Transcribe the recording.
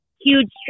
huge